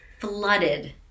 flooded